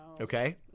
Okay